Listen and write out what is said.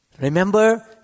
Remember